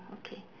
okay